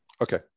Okay